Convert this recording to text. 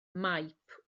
maip